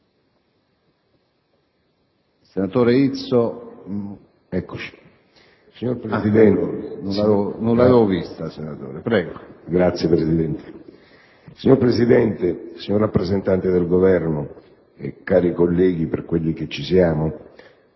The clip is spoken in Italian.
*(FI)*. Signor Presidente, signor rappresentante del Governo, cari colleghi (per quelli che siamo